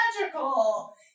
magical